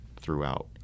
throughout